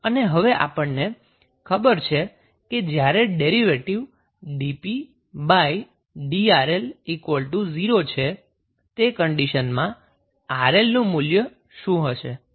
અને હવે આપણને ખબર છે કે જ્યારે ડેરીવેટીવ dpdRL 0 છે તે કન્ડીશનમાં 𝑅𝐿 નું મૂલ્ય શું હશે